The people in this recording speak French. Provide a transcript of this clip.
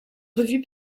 revue